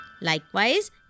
Likewise